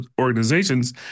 organizations